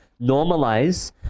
normalize